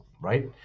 right